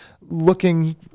looking